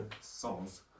songs